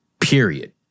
period